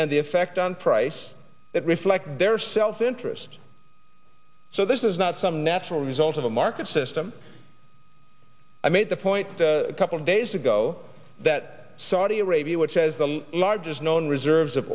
and the effect on price that reflects their self interest so this is not some natural result of a market system i made the point a couple days ago that saudi arabia which as the largest known reserves of